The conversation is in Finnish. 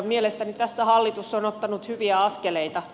mielestäni tässä hallitus on ottanut hyviä askeleita